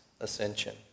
ascension